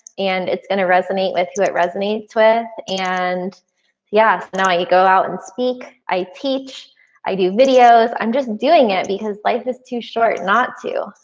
and it's gonna resonate with who it resonates with. and you yeah know, you go out and speak. i teach i do videos, i'm just doing it because life is too short not to,